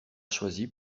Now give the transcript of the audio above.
choisi